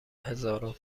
هزارم